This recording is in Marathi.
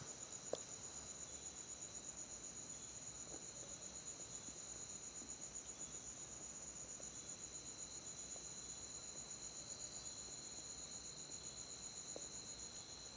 प्रीतम तुका ठाऊक हा काय की, सरकार आमच्या उसाच्या रसापासून इथेनॉल बनवत आसा